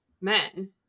men